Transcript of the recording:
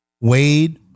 Wade